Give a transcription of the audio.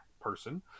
person